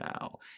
now